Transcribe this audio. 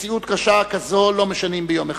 מציאות קשה כזו לא משנים ביום אחד.